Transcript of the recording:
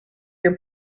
your